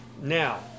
now